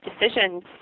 decisions